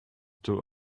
too